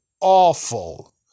awful